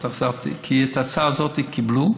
כי את ההצעה הזאת קיבלו,